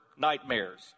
nightmares